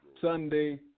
Sunday